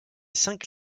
cinq